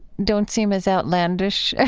don't seem as outlandish, ah